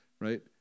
right